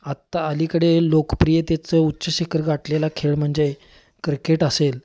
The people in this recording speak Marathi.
आत्ता अलीकडे लोकप्रियतेचं उच्च शिखर गाठलेला खेळ म्हणजे क्रिकेट असेल